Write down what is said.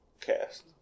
cast